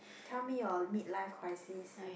tell me your mid life crisis